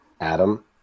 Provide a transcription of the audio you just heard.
Adam